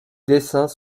dessins